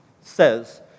says